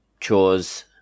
chores